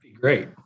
Great